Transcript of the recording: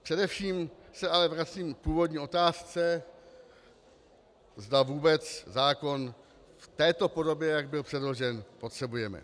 Především se ale vracím k původní otázce, zda vůbec zákon v této podobě, jak byl předložen, potřebujeme.